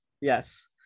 Yes